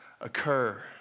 occur